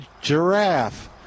giraffe